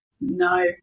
No